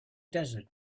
desert